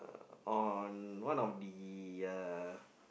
on one of the uh